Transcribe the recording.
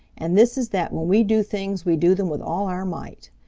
and this is that when we do things we do them with all our might.